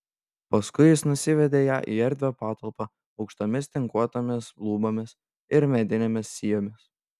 paskui jis nusivedė ją į erdvią patalpą aukštomis tinkuotomis lubomis ir medinėmis sijomis